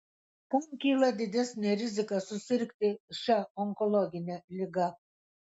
kam kyla didesnė rizika susirgti šia onkologine liga